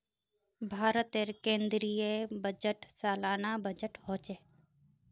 भारतेर केन्द्रीय बजट सालाना बजट होछे